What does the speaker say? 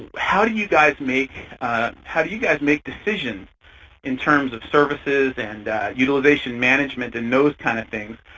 how do you guys make how do you guys make decisions in terms of services and utilization management and those kind of things?